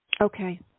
Okay